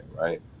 right